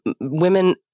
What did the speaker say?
women